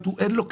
אין לו כסף.